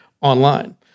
online